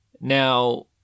Now